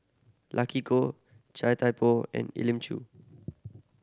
Luck Koh Chia Thye Poh and Elim Chew